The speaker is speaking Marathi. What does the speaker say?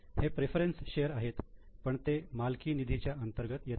हे प्रेफरन्स शेअर आहेत पण ते मालकी निधीच्या अंतर्गत येतात